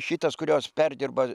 šitas kurios perdirba